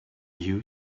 you